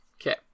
okay